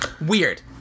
Weird